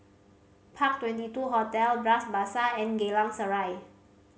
Park Twenty two Hotel Bras Basah and Geylang Serai